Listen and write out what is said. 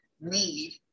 need